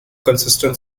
consistent